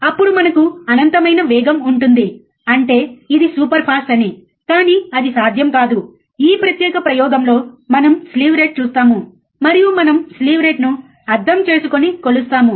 అప్పుడు మనకు అనంతమైన వేగము ఉంటుంది అంటే ఇది సూపర్ ఫాస్ట్ అని కానీ అది సాధ్యం కాదు ఈ ప్రత్యేక ప్రయోగంలో మనం స్లీవ్ రేట్ చూస్తాము మరియు మనము స్లీవ్ రేట్ ను అర్థం చేసుకుని కొలుస్తాము